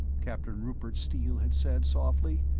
captain rupert steele had said softly.